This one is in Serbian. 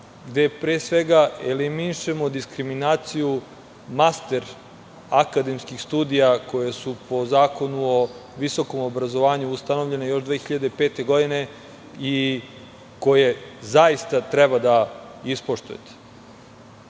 gde pre svega eliminišemo diskriminaciju master akademskih studija koje su po Zakonu o visokom obrazovanju ustanovljene 2005. godine i koje zaista treba da ispoštujete. Tu